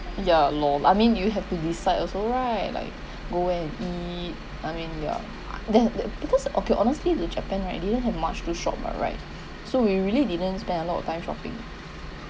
ya lor I mean you have to decide also right like go and eat I mean ya that's because okay honestly the japan right didn't have much to shop lah right so we really didn't spend a lot of time shopping